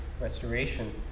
restoration